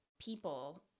people